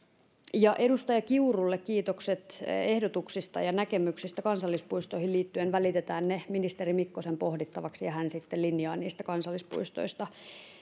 edustaja kiurulle kiitokset ehdotuksista ja näkemyksistä kansallispuistoihin liittyen välitetään ne ministeri mikkosen pohdittavaksi ja hän sitten linjaa niistä kansallispuistoista